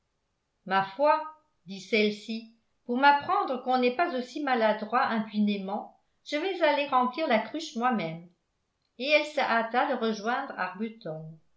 ma foi dit celle-ci pour m'apprendre qu'on n'est pas aussi maladroit impunément je vais aller remplir la cruche moi-même et elle se hâta de rejoindre